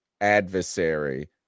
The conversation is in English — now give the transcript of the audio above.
adversary